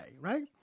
Right